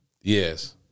Yes